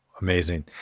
Amazing